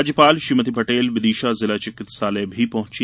राज्यपाल श्रीमती पटेल विदिशा जिला चिकित्सालय भी पहॅची